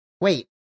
Wait